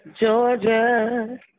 Georgia